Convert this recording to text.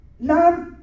love